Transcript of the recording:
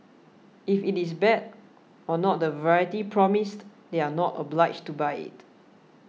if it is bad or not the variety promised they are not obliged to buy it